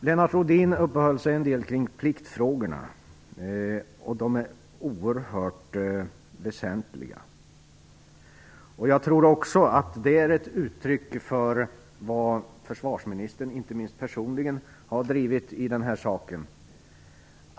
Lennart Rohdin uppehöll sig en del kring pliktfrågorna, och de är oerhört väsentliga. Jag tror också att det är ett uttryck för det som försvarsministern, inte minst personligen, har drivit i den här saken.